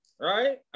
right